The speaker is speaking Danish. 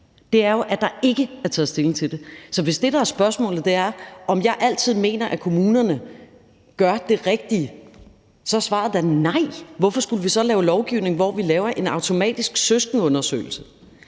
det er jo, at der ikke er taget stilling til det. Så hvis det, der er spørgsmålet, er, om jeg altid mener, at kommunerne gør det rigtige, så er svaret da nej. Hvorfor skulle vi så lave lovgivning, hvor vi laver en automatisk søskendeundersøgelse?